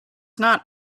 not